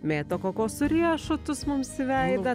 mėto kokosų riešutus mums į veidą